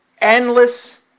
endless